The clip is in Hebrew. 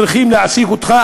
צריכים להעסיק אותך,